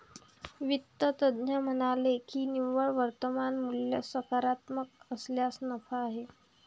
वित्त तज्ज्ञ म्हणाले की निव्वळ वर्तमान मूल्य सकारात्मक असल्यास नफा आहे